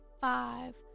five